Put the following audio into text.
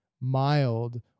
mild